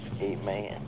Amen